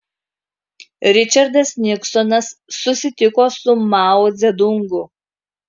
ričardas niksonas susitiko su mao dzedungu